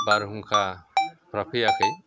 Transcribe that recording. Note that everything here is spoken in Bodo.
बारहुंखाफोरा फैयाखै